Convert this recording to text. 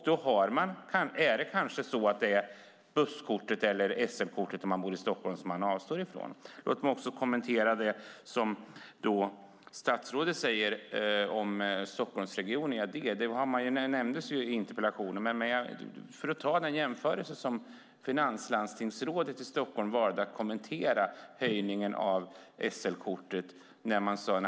Då kanske det är busskortet eller SL-kortet, om man bor i Stockholm, som man avstår från. Stockholmsregionen nämns i interpellationen. Man kan jämföra med Stockholms finanslandstingsråds kommentar när det gällde höjningen av SL-kortet.